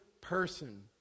person